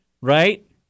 right